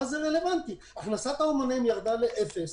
הכנסת האומנים ירדה לאפס,